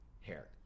hair